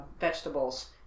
vegetables